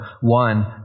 One